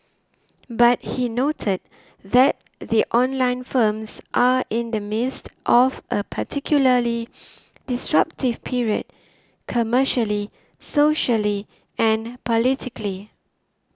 but he noted that the online firms are in the midst of a particularly disruptive period commercially socially and politically